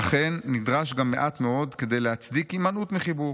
אכן, נדרש גם מעט מאוד כדי להצדיק הימנעות מחיבור.